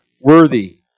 worthy